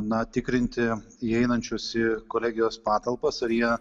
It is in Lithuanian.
na tikrinti įeinančius į kolegijos patalpas ar jie